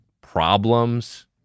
Problems